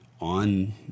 on